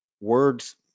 Words